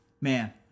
man